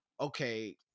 okay